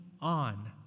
on